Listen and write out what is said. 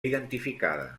identificada